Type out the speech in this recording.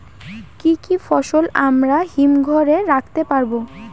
কি কি ফসল আমরা হিমঘর এ রাখতে পারব?